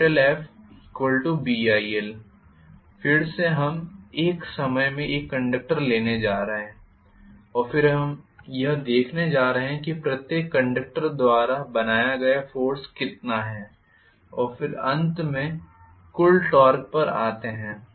FBil फिर से हम एक समय में एक कंडक्टर लेने जा रहे हैं और फिर हम यह देखने जा रहे हैं कि प्रत्येक कंडक्टर द्वारा बनाया गया फोर्स कितना है और फिर अंत में कुल टॉर्क पर आते हैं